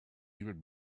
even